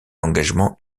engagement